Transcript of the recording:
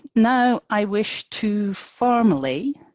now i wish to formally,